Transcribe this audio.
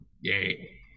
Yay